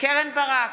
קרן ברק,